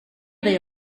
dig